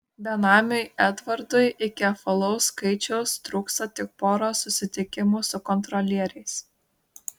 benamiui edvardui iki apvalaus skaičiaus trūksta tik poros susitikimų su kontrolieriais